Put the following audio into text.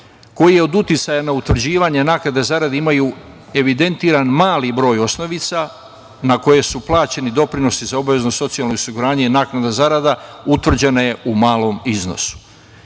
koji je od uticaja za utvrđivanja naknade zarade imaju evidentiran mali broj osnovica na koje su plaćeni doprinosi za obavezno socijalno osiguranje i naknada zarada utvrđena je u malom iznosu. Inače,